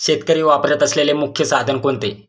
शेतकरी वापरत असलेले मुख्य साधन कोणते?